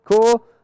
Cool